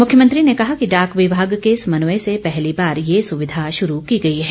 मुख्यमंत्री ने कहा कि डाक विभाग के समन्वय से पहली बार ये सुविधा शुरू की गई है